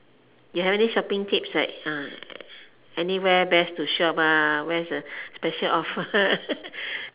you have any shopping tips right ah anywhere best to shop ah where's the special offer